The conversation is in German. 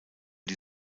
die